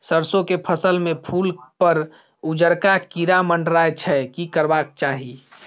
सरसो के फसल में फूल पर उजरका कीरा मंडराय छै की करबाक चाही?